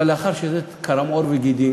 אבל לאחר שזה קרם עור וגידים